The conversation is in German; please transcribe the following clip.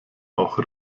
auch